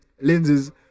Lenses